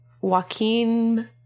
joaquin